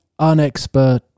unexpert